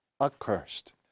accursed